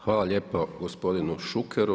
Hvala lijepo gospodinu Šukeru.